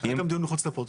היה גם דיון מחוץ לפרוטוקול.